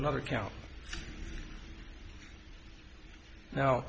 another count now